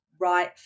right